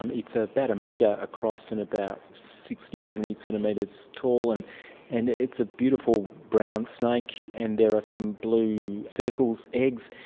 um it's about a metre across and about sixty, seventy centimetres tall, and and it's a beautiful brown snake and there are some blue circles, eggs,